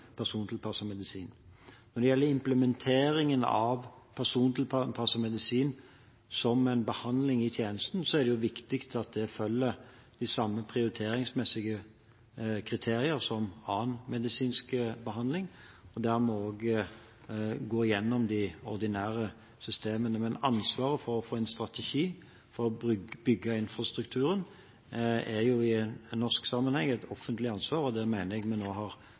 medisin. Når det gjelder implementeringen av persontilpasset medisin som en behandling i tjenesten, er det viktig at det følger de samme prioriteringsmessige kriterier som annen medisinsk behandling. Der må vi gå igjennom de ordinære systemene. Men ansvaret for å få en strategi for å bygge infrastrukturen er i norsk sammenheng et offentlig ansvar, og der mener jeg at vi nå har